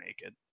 naked